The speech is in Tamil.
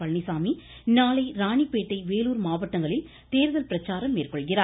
பழனிசாமி நாளை ராணிப்பேட்டை வேலூர் மாவட்டங்களில் தேர்தல் பிரச்சாரம் மேற்கொள்கிறார்